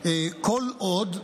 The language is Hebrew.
כל עוד,